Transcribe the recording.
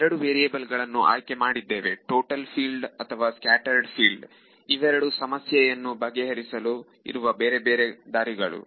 ನಾವು ಎರಡು ವೇರಿಯಬಲ್ ಗಳನ್ನು ಆಯ್ಕೆ ಮಾಡಿದ್ದೇವೆ ಟೋಟಲ್ ಫೀಲ್ಡ್ ಅಥವಾ ಸ್ಕ್ಯಾಟರೆಡ್ ಫೀಲ್ಡ್ ಇವೆರಡು ಸಮಸ್ಯೆಯನ್ನು ಬಗೆಹರಿಸಲು ಇರುವ ಬೇರೆ ಬೇರೆ ದಾರಿಗಳು